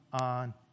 on